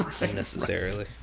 unnecessarily